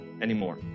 anymore